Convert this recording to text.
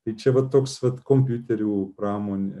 tai čia va toks vat kompiuterių pramonė